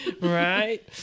Right